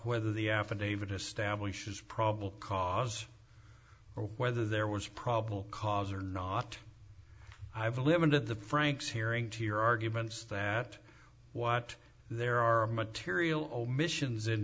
whether the affidavit establishes probable cause or whether there was probable cause or not i have limited the franks hearing to your arguments that what there are material omissions in